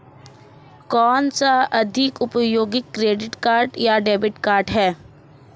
कौनसा अधिक उपयोगी क्रेडिट कार्ड या डेबिट कार्ड है?